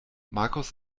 markus